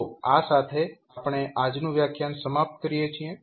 તો આ સાથે આપણે આજનું વ્યાખ્યાન સમાપ્ત કરીએ છીએ